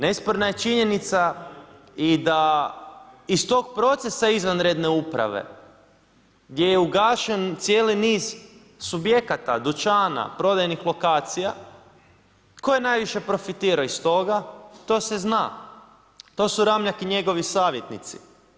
Nesporna je činjenica i da iz tog procesa izvanredne uprave gdje je ugašen cijeli niz subjekata dućana, prodajnih lokacija tko je najviše profitirao iz toga to se zna, to su Ramljak i njegovi savjetnici.